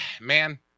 Man